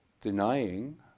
denying